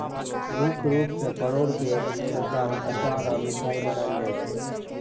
मुख्य रूप सं परोर के तरकारी, अचार आ मिठाइ बनायल जाइ छै